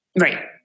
right